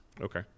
Okay